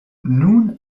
noon